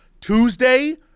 Tuesday